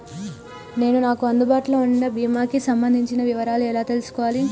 నేను నాకు అందుబాటులో ఉన్న బీమా కి సంబంధించిన వివరాలు ఎలా తెలుసుకోవాలి?